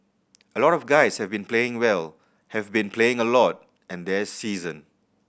a lot of the guys have been playing well have been playing a lot and they're seasoned